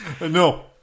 No